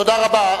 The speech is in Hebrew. תודה רבה.